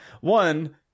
One